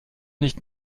nicht